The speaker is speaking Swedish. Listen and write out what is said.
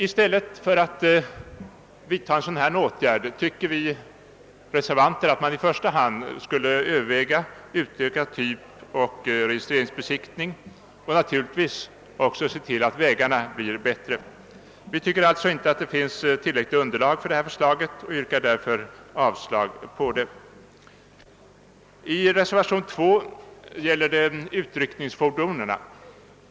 I stället för att vidta en sådan åtgärd anser vi reservanter att man i första hand borde överväga en utvidgad typoch registreringsbesiktning samt naturligtvis också se till att vägarna blir bättre. Vi tycker alltså inte att det finns tillräckligt underlag till förslaget och yrkar därför avslag på det. Reservation II gäller utryckningsfordonen.